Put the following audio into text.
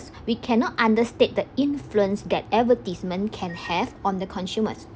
we cannot understate the influence that advertisement can have on the consumers